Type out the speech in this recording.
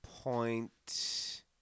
point